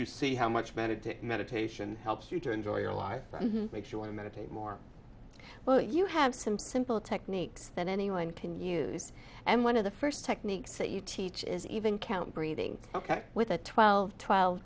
you see how much manotick meditation helps you to enjoy your life and makes you want to meditate more but you have some simple techniques that anyone can use and one of the first techniques that you teach is even count breathing ok with a twelve twelve